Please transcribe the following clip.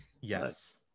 Yes